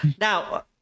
now